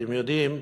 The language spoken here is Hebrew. אתם יודעים,